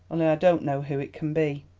don't know who it can be.